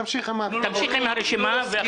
תמשיך עם הרשימה.